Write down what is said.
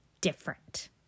different